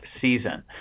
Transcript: season